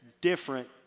Different